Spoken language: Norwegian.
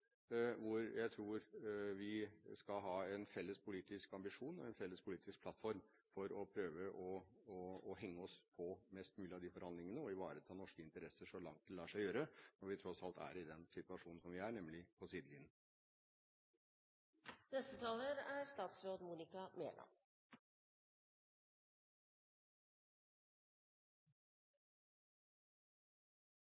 hvor jeg tror vi skal ha en felles politisk ambisjon – og plattform – om å henge oss på mest mulig av de forhandlingene og ivareta norske interesser så langt det lar seg gjøre, når vi tross alt er i den situasjonen vi er i, nemlig på